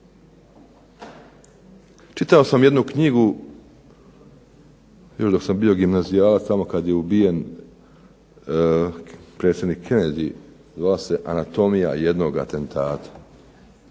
Čitao sam jednu knjigu, još dok sam bio gimnazijalac, tamo kad je ubijen predsjednik Kennedy, zvala se "Anatomija jednog atentata".